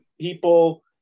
people